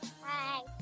hi